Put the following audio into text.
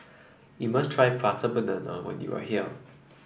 you must try Prata Banana when you are here